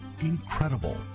Incredible